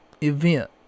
event